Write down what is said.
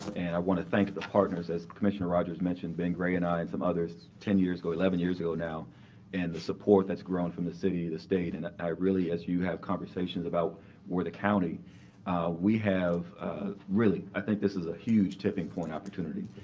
and i want to thank the partners, as commissioner rodgers mentioned, ben gray and i and some others ten years ago, eleven years ago, now and the support that's grown from the city, the state. and i really, as you have conversations about where the county we have really, i think this is a huge tipping point opportunity.